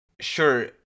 sure